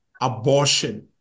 abortion